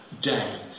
day